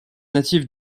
native